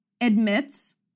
admits